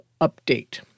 update